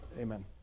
amen